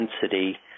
density